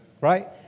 Right